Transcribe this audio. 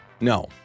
No